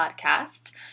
podcast